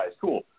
Cool